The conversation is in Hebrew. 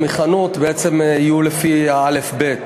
מחנות יסודרו בעצם לפי סדר האל"ף-בי"ת.